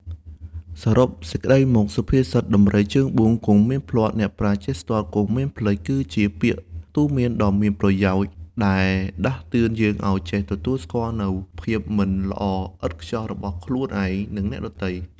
សរុបសេចក្តីមក សុភាសិត ដំរីជើងបួនគង់មានភ្លាត់ អ្នកប្រាជ្ញចេះស្ទាត់គង់មានភ្លេច គឺជាពាក្យទូន្មានដ៏មានប្រយោជន៍ដែលដាស់តឿនយើងឱ្យចេះទទួលស្គាល់នូវភាពមិនល្អឥតខ្ចោះរបស់ខ្លួនឯង និងអ្នកដទៃ។